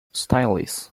stylist